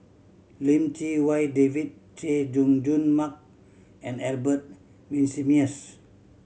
Lim Chee Wai David Chay Jung Jun Mark and Albert Winsemius